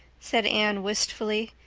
said anne wistfully.